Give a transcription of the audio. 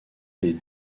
des